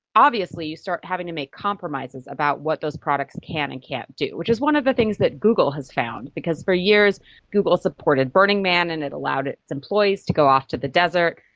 obviously you start having to make compromises about what those products can and can't do, which is one of the things that google has found, because for years google supported burning man and it allowed its employees to go off to the desert.